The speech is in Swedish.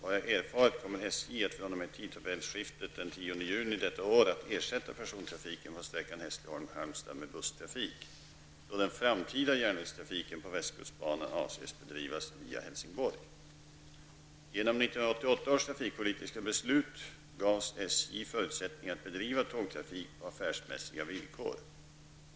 Vad jag erfarit kommer SJ att fr.o.m. tidtabellsskiftet den 10 juni detta år att ersätta persontrafiken på sträckan Hässleholm-- förutsättningar att bedriva tågtrafik på affärsmässiga villkor.